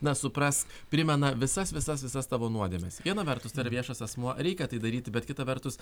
na suprask primena visas visas visas tavo nuodėmes viena vertus tai yra viešas asmuo reikia tai daryti bet kita vertus